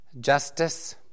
justice